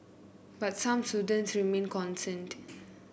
but some students remain concerned